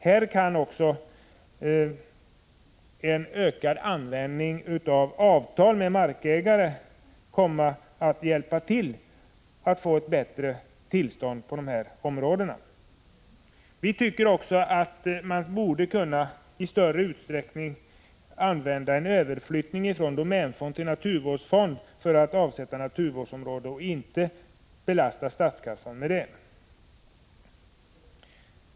Man kan också använda sig av avtal med markägare i större utsträckning för att få ett bättre tillstånd på dessa områden. Vi tycker att man i större utsträckning borde kunna använda en överflyttning från domänfond till naturvårdsfond för att avsätta naturvårdsområden och inte behöva belasta statskassan för sådant.